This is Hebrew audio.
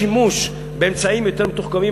השימוש באמצעים יותר מתוחכמים,